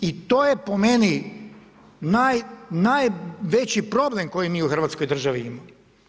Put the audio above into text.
I to je po meni najveći problem koji mi u Hrvatskoj državi imamo.